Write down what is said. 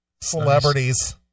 Celebrities